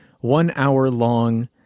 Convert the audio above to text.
one-hour-long